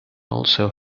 also